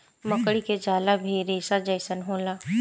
मकड़ी के जाला भी रेसा जइसन होला